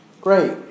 great